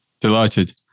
Delighted